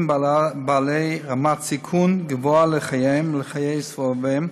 בעלי רמת סיכון גבוהה לחייהם ולחיי סובביהם,